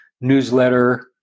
newsletter